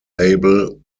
label